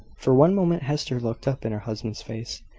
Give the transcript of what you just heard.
for one moment hester looked up in her husband's face,